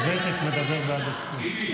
הוותק מדבר בעד עצמו.